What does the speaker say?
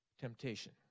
Temptation